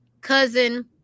cousin